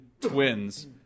twins